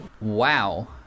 Wow